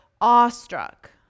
awestruck